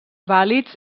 vàlids